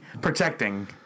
protecting